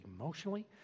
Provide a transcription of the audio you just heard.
emotionally